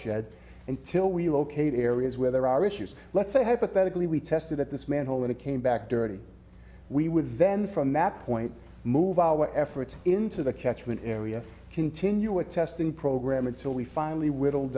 watershed until we locate areas where there are issues let's say hypothetically we tested at this manhole and it came back dirty we would then from that point move our efforts into the catchment area continue a testing program until we finally whittled